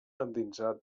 endinsar